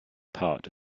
part